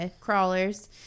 crawlers